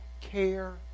care